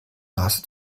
nase